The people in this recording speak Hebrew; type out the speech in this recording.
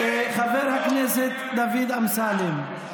חבר הכנסת דוד אמסלם,